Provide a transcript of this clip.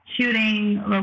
shooting